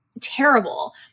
terrible